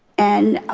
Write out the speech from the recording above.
and